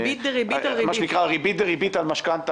מה שנקרא ריבית דריבית על משכנתה,